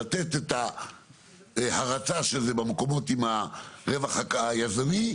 לתת את ההרצה של זה במקומות עם הרווח האקראי אז אני,